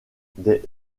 des